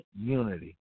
unity